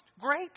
Great